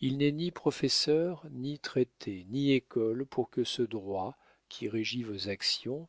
il n'est ni professeurs ni traités ni école pour ce droit qui régit vos actions